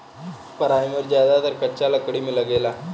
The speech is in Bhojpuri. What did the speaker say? पराइमर ज्यादातर कच्चा लकड़ी में लागेला